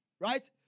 Right